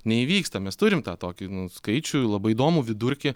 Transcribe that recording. neįvyksta mes turim tokį skaičių labai įdomų vidurkį